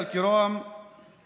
(אומר דברים בשפה הערבית,